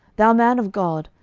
thou man of god,